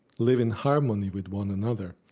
live in harmony with one another.